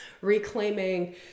reclaiming